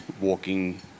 walking